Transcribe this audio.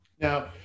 now